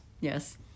Yes